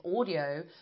audio